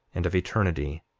and of eternity,